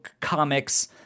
Comics